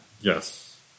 Yes